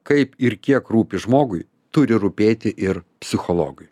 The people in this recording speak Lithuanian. kaip ir kiek rūpi žmogui turi rūpėti ir psichologui